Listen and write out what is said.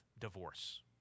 divorce